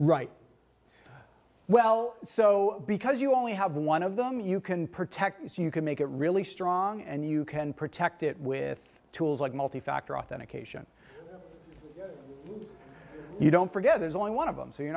right well so because you only have one of them you can protect you so you can make it really strong and you can protect it with tools like multi factor authentication you don't forget there's only one of them so you